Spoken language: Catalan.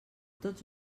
tots